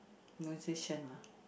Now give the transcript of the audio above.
musician ah